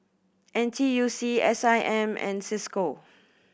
N T U C S I M and Cisco